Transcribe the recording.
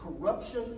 corruption